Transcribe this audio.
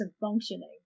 functioning